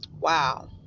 wow